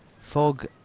Fog